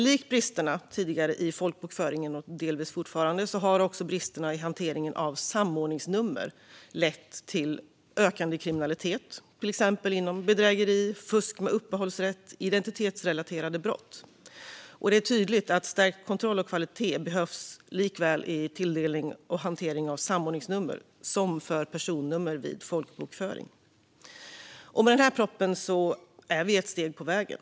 Likt tidigare och delvis kvarvarande brister i folkbokföringen har även bristerna i hanteringen av samordningsnummer lett till ökande kriminalitet, till exempel bedrägerier, fusk med uppehållsrätt och andra identitetsrelaterade brott. Det är tydligt att stärkt kontroll och kvalitet behövs såväl när det gäller tilldelning och hantering av samordningsnummer som när det gäller personnummer vid folkbokföring. Med denna proposition är vi ett steg på vägen.